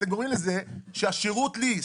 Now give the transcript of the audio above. אתם גורמים לזה שהשירות שלי,